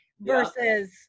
versus